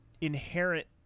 inherent